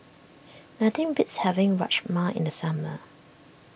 nothing beats having Rajma in the summer